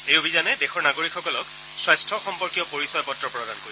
এই অভিযানে দেশৰ নাগৰিকসকলৰ স্বাস্থ্য সম্পৰ্কীয় পৰিচয় পত্ৰ প্ৰদান কৰিব